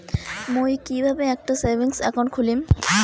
মুই কিভাবে একটা সেভিংস অ্যাকাউন্ট খুলিম?